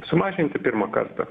sumažinti pirmą kartą